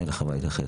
אין לך מה להתייחס.